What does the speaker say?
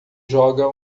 joga